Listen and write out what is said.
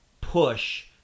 push